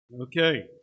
Okay